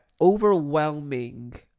overwhelming